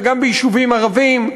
וגם ביישובים ערביים,